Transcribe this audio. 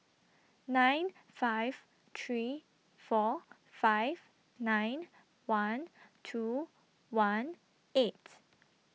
nine five three four five nine one two one eight